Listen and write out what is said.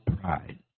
pride